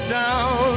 down